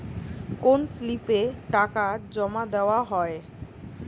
কোন স্লিপে টাকা জমাদেওয়া হয়?